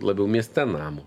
labiau mieste namo